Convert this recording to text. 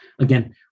Again